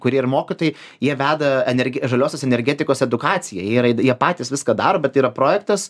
kai kurie ir mokytojai jie veda žaliosios energetikos edukaciją yra ir jie patys viską daro bet tai yra projektas